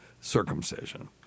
circumcision